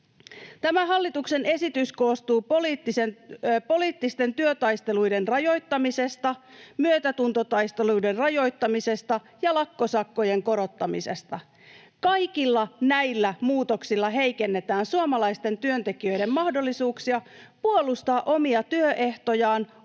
Tämä hallituksen esitys koostuu poliittisten työtaisteluiden rajoittamisesta, myötätuntotaisteluiden rajoittamisesta ja lakkosakkojen korottamisesta. Kaikilla näillä muutoksilla heikennetään suomalaisten työntekijöiden mahdollisuuksia puolustaa omia työehtojaan,